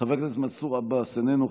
חבר הכנסת עיסאווי פריג' איננו,